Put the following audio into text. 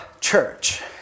church